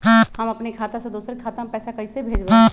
हम अपने खाता से दोसर के खाता में पैसा कइसे भेजबै?